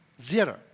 Zero